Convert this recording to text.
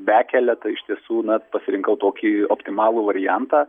bekele tai iš tiesų na pasirinkau tokį optimalų variantą